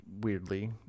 weirdly